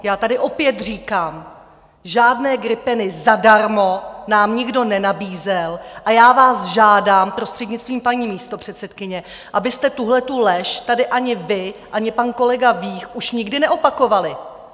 Já tady opět říkám: žádné gripeny zadarmo nám nikdo nenabízel a já vás žádám, prostřednictvím paní místopředsedkyně, abyste tuhletu lež tady ani vy, ani pan kolega Vích už nikdy neopakovali!